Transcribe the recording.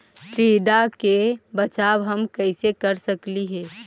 टीडा से बचाव हम कैसे कर सकली हे?